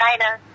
China